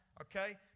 okay